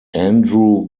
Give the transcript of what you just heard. andrew